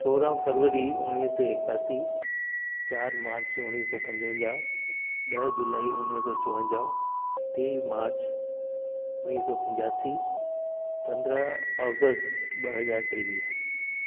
सोरहं फरवरी उणिवीह सौ एकासी चारि मार्च उणिवीह सौ पंजवंजाहु ॾह जुलाई उणिवीह सौ चोवंजाहु टे मार्च उणिवीह सौ पंजासी पंद्रहं अगस्त ॿ हज़ार टेवीह